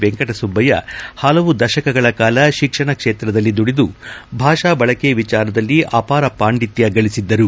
ವೆಂಕಟಸುಬ್ಲಯ್ಲಿ ಪಲವು ದಶಕಗಳ ಕಾಲ ಶಿಕ್ಷಣ ಕ್ಷೇತ್ರದಲ್ಲಿ ದುಡಿದು ಭಾಷಾ ಬಳಕೆ ವಿಚಾರದಲ್ಲಿ ಅಪಾರ ಪಾಂಡಿತ್ತ ಗಳಿಸಿದ್ದರು